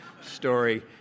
story